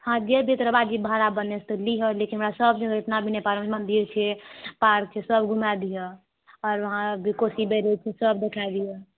हँ जे भी तोहर वाजिब भाड़ा बनतो से लिहऽ लेकिन हमरा सब जगह जेतना भी नेपालमे मन्दिर छै पार्क छै सब घुमाय दिहऽआओर वहाँ कोशी बहै छै सब देखाय दिहऽ